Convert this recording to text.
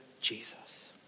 Jesus